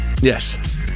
Yes